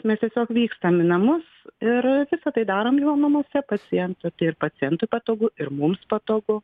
mes tiesiog vykstam į namus ir visa tai darom jo namuose paciento tai ir pacientui patogu ir mums patogu